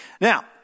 Now